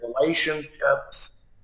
relationships